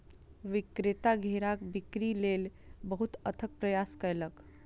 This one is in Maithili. विक्रेता घेराक बिक्री लेल बहुत अथक प्रयास कयलक